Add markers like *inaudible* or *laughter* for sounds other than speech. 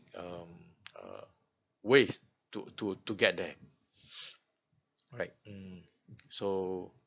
um uh ways to to to get there *breath* right um so